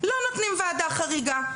ולא נותנים ועדה חריגה.